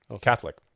Catholic